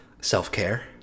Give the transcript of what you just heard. self-care